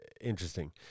interesting